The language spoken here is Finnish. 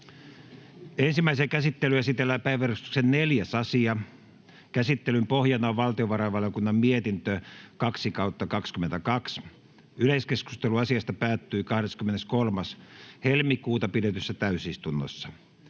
Ensimmäiseen käsittelyyn esitellään päiväjärjestyksen 4. asia. Käsittelyn pohjana on valtiovarainvaliokunnan mietintö VaVM 2/2022 vp. Yleiskeskustelu asiasta päättyi 23.2.2022 pidetyssä täysistunnossa.